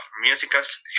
musicals